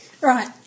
Right